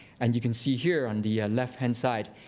and you can see here, on the ah left-hand side,